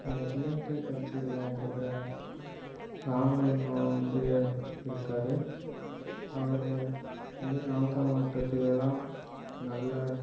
DMK கட்சியில் இருக்கிற ராமலிங்கோம் வந்து இருக்கார் அவர் வந்து நாமக்கல் மாவட்டத்தில் எல்லாம் நல்ல